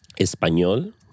español